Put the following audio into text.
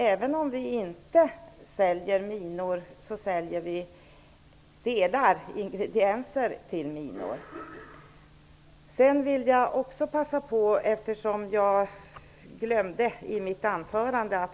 Även om vi inte säljer minor, så säljer vi delar till minor. Eftersom jag i mitt anförande glömde en fråga vill jag passa på att ställa den nu.